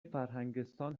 فرهنگستان